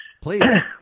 Please